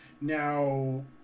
now